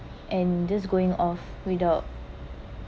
and this going off without